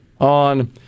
on